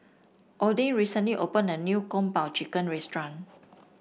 Odin recently opened a new Kung Po Chicken restaurant